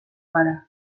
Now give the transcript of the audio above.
gara